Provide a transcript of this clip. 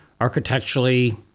architecturally